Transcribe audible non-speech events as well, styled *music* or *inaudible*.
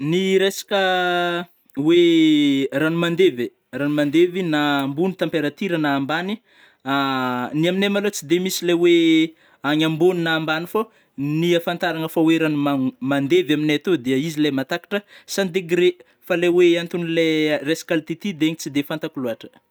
Ny resaka *hesitation* oe *hesitation* rano mandevy, rano mandevy na ambony température na ambany, *hesitation* ny aminay malô tsy de misy ilay oe *hesitation* agny ambony na ambany fô, ny ahafantaragna fa oe rano man *hesitation* mandevy aminay atô dia izy lai mahatakatra cent dégré, fa lai oe antony lai *hesitation* resaka altitude igny tsy de fantako loatra.